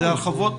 זה הרחבות?